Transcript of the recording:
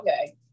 okay